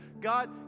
God